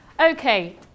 Okay